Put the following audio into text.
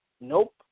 Nope